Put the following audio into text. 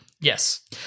Yes